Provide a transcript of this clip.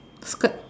skirt